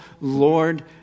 Lord